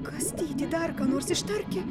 kastytį darganos išdarkė